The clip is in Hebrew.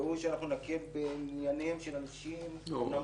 והוא שאנחנו נקל בעניינים של אנשים אומנם